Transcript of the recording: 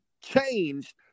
changed